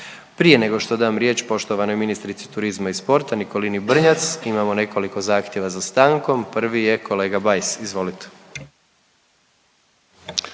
Prije nego što dam riječ poštovanoj ministrici turizma i sporta Nikolini Brnjac imamo nekoliko zahtjeva za stankom. Prvi je kolega Bajs, izvolite.